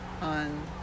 on